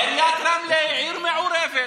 עיריית רמלה, עיר מעורבת,